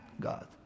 God